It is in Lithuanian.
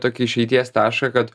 tokį išeities tašką kad